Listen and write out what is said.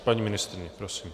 Paní ministryně, prosím.